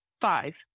Five